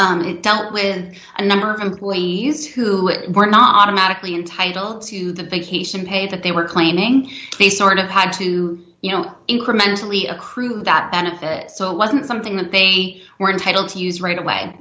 gravel i dealt with a number of employees who were not a magical entitle to the vacation pay that they were claiming they sort of had to you know incrementally accrue that benefit so it wasn't something that they were entitled to use right away